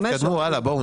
תתקדמו, הלאה.